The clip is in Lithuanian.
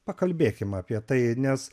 pakalbėkim apie tai nes